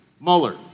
Mueller